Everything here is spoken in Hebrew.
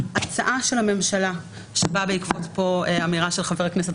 ההצעה של הממשלה שבאה בעקבות אמירה של חבר הכנסת